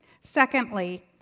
Secondly